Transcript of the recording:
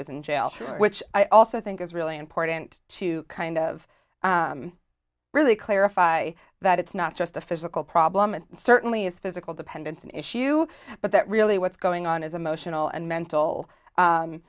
was in jail which i also think is really important to kind of really clarify that it's not just a physical problem it certainly is physical dependence an issue but that really what's going on is emotional and mental